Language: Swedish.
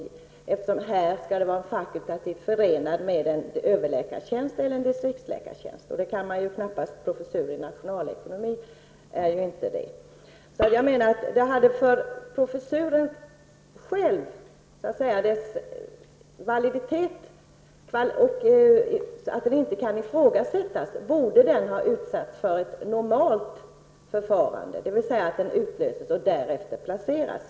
Den här professuren skall vara förenad med en överläkartjänst eller en distriktsläkartjänst, och det är ju inte en professur i nationalekonomi. Så jag menar att med tanke på professuren själv så att säga, dess validitet och för att den inte skall kunna ifrågasättas, borde den ha varit föremål för ett normalt förfarande, dvs. att den hade utlysts och därefter placerats.